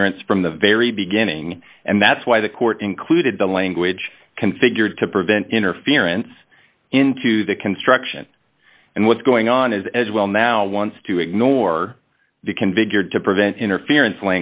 clearance from the very beginning and that's why the court included the language configured to prevent interference into the construction and what's going on is as well now wants to ignore the convey geared to prevent interference